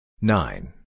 Nine